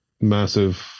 massive